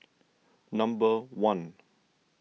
number one